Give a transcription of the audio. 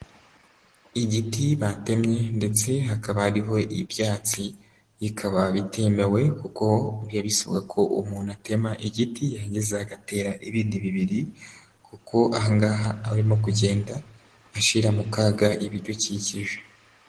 Igiti batemye ndetse hakaba hariho ibyatsi, bikaba bitemewe kuko biba bisababwa ko umuntu atema igiti yarangiza agatera ibindi bibiri kuko aha ngaha aba arimo kugenda ashyira mu kaga ibidukikije.